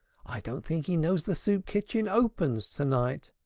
i don't think he knows the soup kitchen opens to-night.